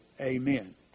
Amen